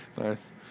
Nice